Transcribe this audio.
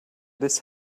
this